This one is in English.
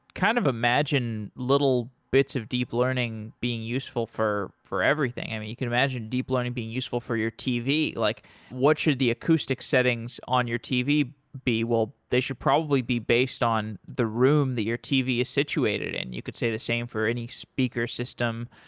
kind of imagine little bits of deep learning being useful for for everything. you can imagine deep learning being useful for your tv. like what should the acoustic settings on your tv be? well, they should probably be based on the room that your tv is situated in. you could say the same for any speaker system.